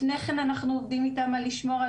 לפני כן אנחנו עובדים איתם על לשמור על